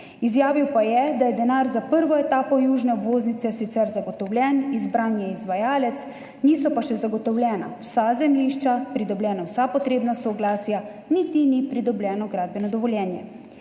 Izjavil je, da je denar za prvo etapo južne obvoznice sicer zagotovljen, izbran je izvajalec, niso pa še zagotovljena vsa zemljišča, pridobljena vsa potrebna soglasja niti ni pridobljeno gradbeno dovoljenje.